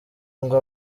ngo